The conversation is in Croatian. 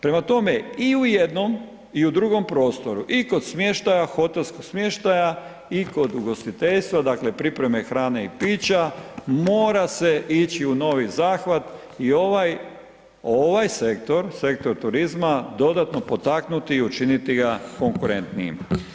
Prema tome i u jednom i u drugom prostoru, i kod smještaja, hotelskog smještaja i kod ugostiteljstva, dakle priprema hrane i pića, mora se ići u novi zahvat i ovaj, ovaj sektor, sektor turizma dodatno potaknuti i učiniti ga konkurentnijim.